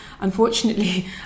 unfortunately